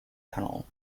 tunnel